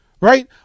Right